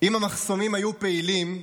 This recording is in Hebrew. אם המחסומים היו פעילים,